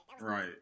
Right